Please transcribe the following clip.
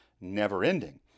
never-ending